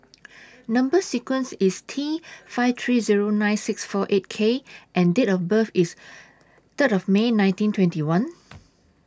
Number sequence IS T five three Zero nine six four eight K and Date of birth IS Third of May nineteen twenty one